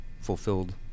fulfilled